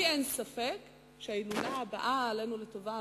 לי אין ספק שההילולה הבאה עלינו לטובה